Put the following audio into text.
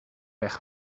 weg